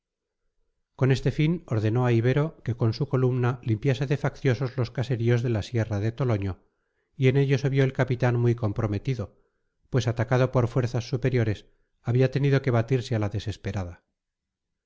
con este fin ordenó a ibero que con su columna limpiase de facciosos los caseríos de la sierra de toloño y en ello se vio el capitán muy comprometido pues atacado por fuerzas superiores había tenido que batirse a la desesperada